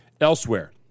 Elsewhere